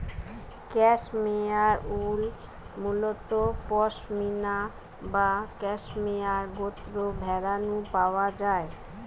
cashmere wool মুলত পসমিনা বা cashmere গোত্রর ভেড়া নু পাওয়া যায়